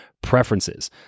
preferences